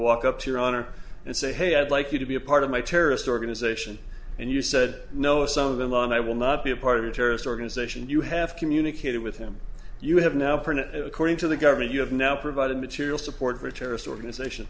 walk up to your honor and say hey i'd like you to be a part of my terrorist organization and you said no some of them and i will not be a part of a terrorist organization you have communicated with him you have now according to the government you have now provided material support for terrorist organization